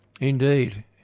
Indeed